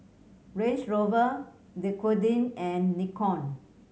Range Rover Dequadin and Nikon